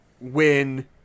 win